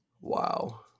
Wow